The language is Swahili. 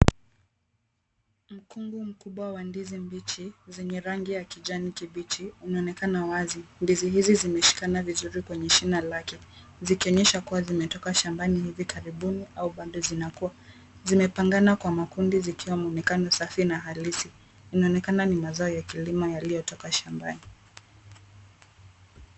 Mkungu mkubwa wa ndizi mbichi, zenye rangi ya kijani kibichi, unaonekana wazi. Ndizi hizi zimeshikana vizuri kwenye shina lake. Zikionyesha kuwa zimetoka shambani hivi karibuni au bado zinakua. Zimepangana kwa makundi zikiwa mwonekana safi na halisi. Inaonekana ni mazao ya kilimo yaliyotoka shambani.